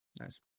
nice